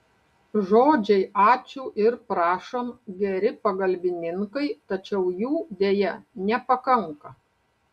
žodžiai ačiū ir prašom geri pagalbininkai tačiau jų deja nepakanka